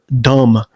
dumb